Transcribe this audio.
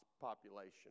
population